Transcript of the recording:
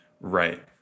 right